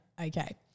okay